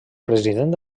president